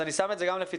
אני שם את זה גם לפתחכם.